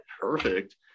Perfect